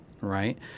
right